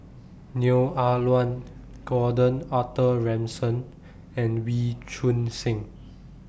Neo Ah Luan Gordon Arthur Ransome and Wee Choon Seng